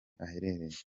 aherereye